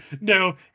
no